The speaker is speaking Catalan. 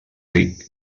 ric